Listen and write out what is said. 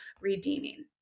redeeming